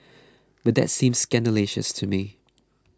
but that seems scandalous to me